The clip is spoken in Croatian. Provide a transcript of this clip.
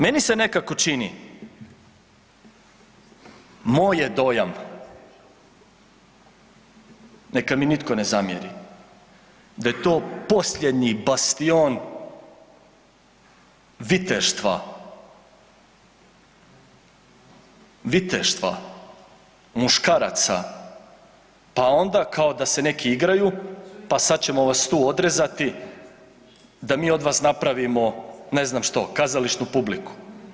Meni se nekako čini, moj je dojam, neka mi nitko ne zamjeri, da je to posljednji bastion viteštva, viteštva muškaraca, pa onda kao da se neki igraju, pa sad ćemo vas tu odrezati da mi od vas napravimo ne znam što, kazališnu publiku.